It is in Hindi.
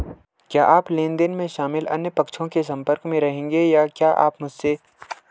क्या आप लेन देन में शामिल अन्य पक्षों के संपर्क में रहेंगे या क्या मुझसे संचार की सुविधा की अपेक्षा की जाएगी?